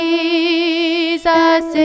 Jesus